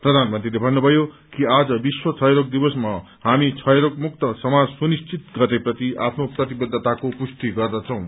प्रधानमन्त्रीले भन्नुभयो कि आज विश्व क्षयरोग दिवसमा हामी क्षयरोगमुक्त समाज सुनिश्चित गर्नेप्रति आफ्नो प्रतिबद्धताको पुष्टि गर्दछौं